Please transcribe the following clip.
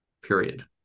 period